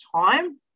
time